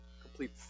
complete